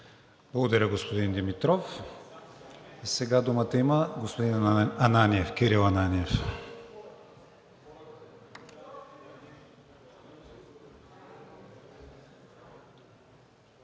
Благодаря, господин Димитров. Думата има господин Кирил Ананиев.